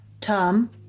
Tom